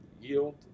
yield